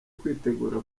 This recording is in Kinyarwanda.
kwitegura